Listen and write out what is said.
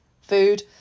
food